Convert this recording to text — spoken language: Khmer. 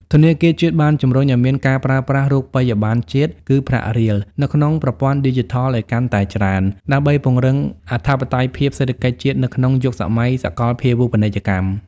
ធនាគារជាតិបានជម្រុញឱ្យមានការប្រើប្រាស់ រូបិយបណ្ណជាតិ គឺប្រាក់រៀល នៅក្នុងប្រព័ន្ធឌីជីថលឱ្យបានកាន់តែច្រើន ដើម្បីពង្រឹងអធិបតេយ្យភាពសេដ្ឋកិច្ចជាតិនៅក្នុងយុគសម័យសកលភាវូបនីយកម្ម។